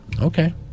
Okay